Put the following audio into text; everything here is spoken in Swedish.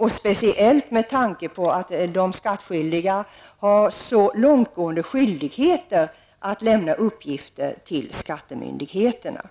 gäller speciellt med tanke på att de skattskyldiga har så långtgående skyldigheter att lämna uppgifter till skattemyndigheterna.